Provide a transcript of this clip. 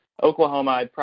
Oklahoma